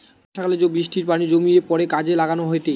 বর্ষাকালে জো বৃষ্টির পানি জমিয়ে পরে কাজে লাগানো হয়েটে